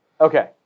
Okay